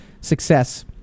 success